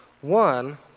One